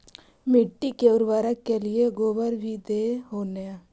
मिट्टी के उर्बरक के लिये गोबर भी दे हो न?